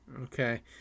Okay